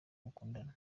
mukundana